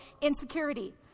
insecurity